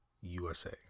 USA